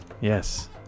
Yes